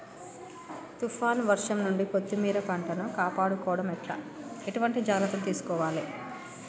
తుఫాన్ వర్షం నుండి కొత్తిమీర పంటను కాపాడుకోవడం ఎట్ల ఎటువంటి జాగ్రత్తలు తీసుకోవాలే?